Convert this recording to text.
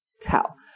tell